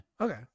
Okay